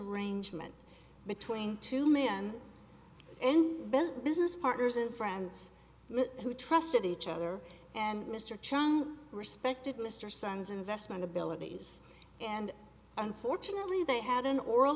arrangement between two men and bell business partners and friends who trusted each other and mr chung respected mr sun's investment abilities and unfortunately they had an oral